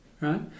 right